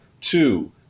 two